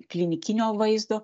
klinikinio vaizdo